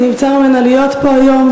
שנבצר ממנה להיות פה היום,